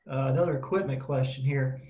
another equipment question here.